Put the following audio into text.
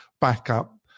backup